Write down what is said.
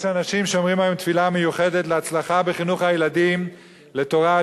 יש אנשים שאומרים היום תפילה מיוחדת להצלחה בחינוך הילדים לתורה,